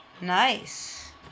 Nice